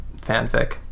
fanfic